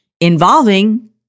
involving